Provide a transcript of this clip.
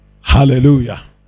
Hallelujah